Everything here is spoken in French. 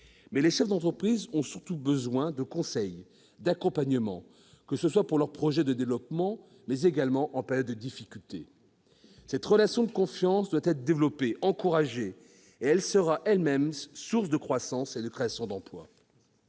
mais les chefs d'entreprise ont surtout besoin de conseils, d'accompagnement, que ce soit pour leurs projets de développement ou en période de difficultés. Une relation de confiance doit être développée, encouragée. Elle sera elle-même source de croissance et de création d'emplois.